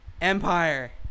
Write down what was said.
Empire